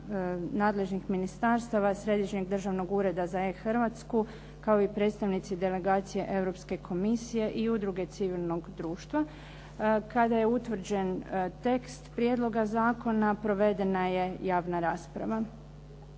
nadležnih ministarstava, Središnjeg državnog ureda za e-Hrvatsku, kao i predstavnici delegacije Europske komisije i udruge civilnog društva. Kada je utvrđen tekst prijedloga zakona provedena je javna rasprava.